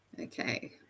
Okay